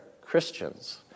Christians